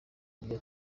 ibyo